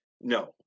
no